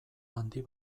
handi